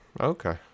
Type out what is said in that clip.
Okay